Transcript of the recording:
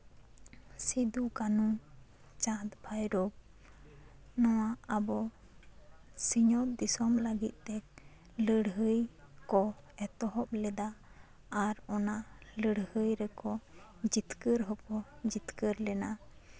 ᱥᱤᱫᱩ ᱠᱟᱱᱦᱩ ᱪᱟᱸᱫᱽ ᱵᱷᱟᱹᱭᱨᱳ ᱱᱚᱣᱟ ᱟᱵᱚ ᱥᱤᱧᱚᱛ ᱫᱤᱥᱚᱢ ᱞᱟᱜᱤᱫ ᱛᱮ ᱞᱟᱹᱲᱦᱟᱹᱭ ᱠᱚ ᱮᱛᱚᱦᱚᱵ ᱞᱮᱫᱟ ᱟᱨ ᱚᱱᱟ ᱞᱟᱹᱲᱦᱟᱹᱭ ᱨᱮᱠᱚ ᱡᱤᱛᱠᱟᱨ ᱦᱚ ᱸᱠᱚ ᱡᱤᱛᱠᱟᱹᱨ ᱞᱮᱱᱟ